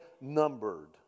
numbered